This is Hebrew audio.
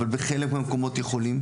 אבל בחלק מהמקומות יכולים.